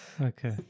Okay